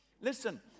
Listen